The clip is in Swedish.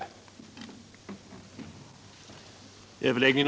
för att främja sysselsättningen